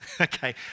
okay